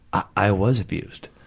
i was abused,